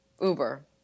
uber